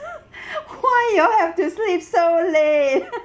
why you all have to sleep so late